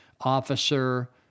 officer